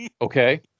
Okay